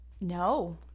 No